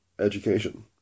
education